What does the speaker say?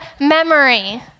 memory